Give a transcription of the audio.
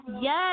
yes